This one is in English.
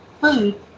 food